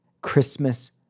Christmas